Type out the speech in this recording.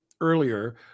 earlier